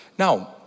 Now